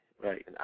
Right